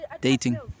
Dating